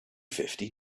fifty